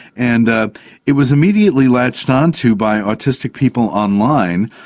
and ah it was immediately latched onto by autistic people online.